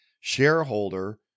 shareholder